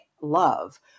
love